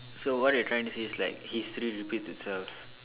so what they are trying to say is like history repeats itself